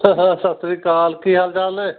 ਸਤਿ ਸ਼੍ਰੀ ਅਕਾਲ ਕੀ ਹਾਲ ਚਾਲ ਨੇ